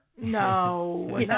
No